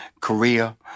Korea